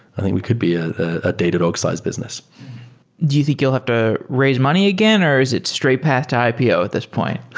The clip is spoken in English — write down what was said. i think we could be a datadog-sized business do you think you'll have to raise money again or is it straight path to ipo at this point?